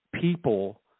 people